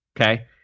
Okay